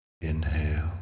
inhale